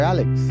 Alex